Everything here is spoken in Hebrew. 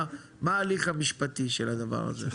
מה ההליך המשפטי של הדבר הזה?